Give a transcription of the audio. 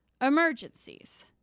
Emergencies